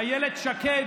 אילת שקד?